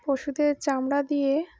পশুদের চামড়া দিয়ে